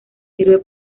sirve